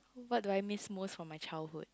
what do I miss most from my childhood